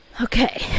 Okay